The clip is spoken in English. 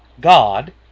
God